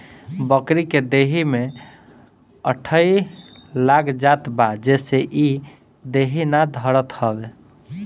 बकरी के देहि में अठइ लाग जात बा जेसे इ देहि ना धरत हवे